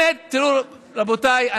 תראו, רבותיי,